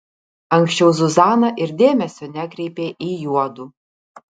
anksčiau zuzana ir dėmesio nekreipė į juodu